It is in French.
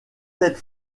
tête